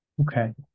Okay